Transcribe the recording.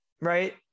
right